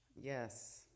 Yes